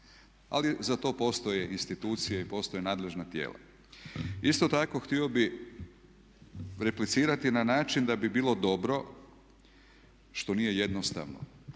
Ali za to postoje institucije i postoje nadležna tijela. Isto tako htio bih replicirati na način da bi bilo dobro, što nije jednostavno,